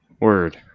word